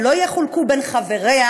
ולא יחולקו בין חבריה,